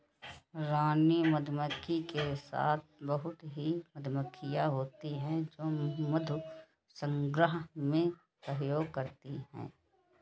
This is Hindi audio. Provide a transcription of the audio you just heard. रानी मधुमक्खी के साथ बहुत ही मधुमक्खियां होती हैं जो मधु संग्रहण में सहयोग करती हैं